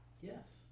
Yes